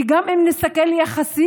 כי גם אם נסתכל יחסית,